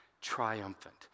triumphant